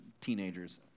teenagers